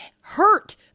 hurt